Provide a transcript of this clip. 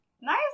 Nice